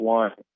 one